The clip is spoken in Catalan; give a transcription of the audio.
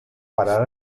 parar